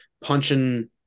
punching